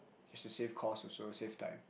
it's to save costs also save time